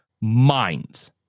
minds